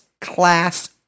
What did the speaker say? class